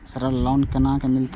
Sir loan केना मिलते?